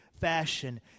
fashion